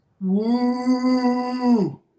Woo